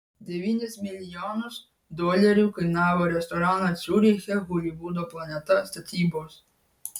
devynis milijonus dolerių kainavo restorano ciuriche holivudo planeta statybos